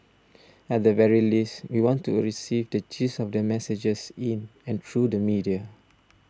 at the very least we want to receive the gist of their messages in and through the media